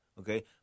okay